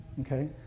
Okay